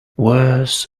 worse